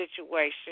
situation